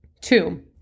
Two